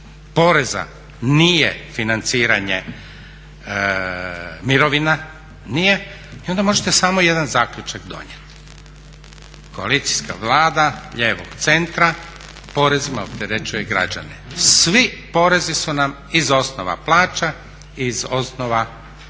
poreza nije financiranje mirovina, nije. I onda možete samo jedan zaključak donijeti. Koalicijska Vlada lijevog centra porezima opterećuje građane. Svi porezi su nam iz osnova plaća i iz osnova